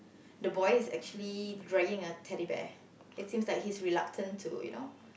the boy is actually dragging a Teddy Bear it seems like he is reluctant to you know